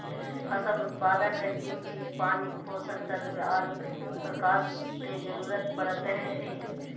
फसल उत्पादन ले तीन चीज पानी, पोषक तत्व आर प्रकाश के जरूरत पड़ई हई